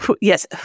Yes